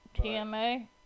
T-M-A